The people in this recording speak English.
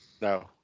No